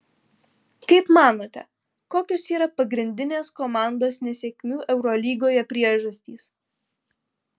kaip manote kokios yra pagrindinės komandos nesėkmių eurolygoje priežastys